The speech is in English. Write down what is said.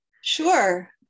Sure